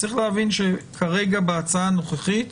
צריך להבין שכרגע, בהצעה הנוכחית,